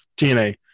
TNA